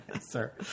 sir